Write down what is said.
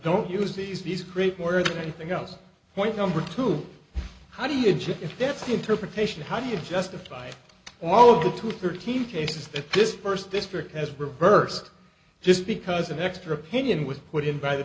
don't use these these create more than anything else point number two how do you judge if that's interpretation how do you justify all of the two thirteen cases that this burst district has reversed just because an extra pinion was put in by the